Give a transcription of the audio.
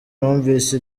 numvise